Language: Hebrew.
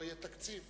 לא יהיה תקציב,